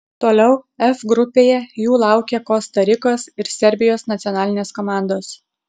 toliau f grupėje jų laukia kosta rikos ir serbijos nacionalinės komandos